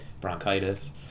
bronchitis